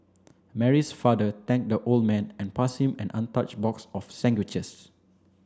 Mary's father thanked the old man and passed him an untouched box of sandwiches